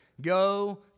Go